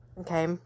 okay